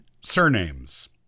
surnames